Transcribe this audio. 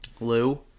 Lou